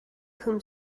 whom